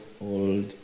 old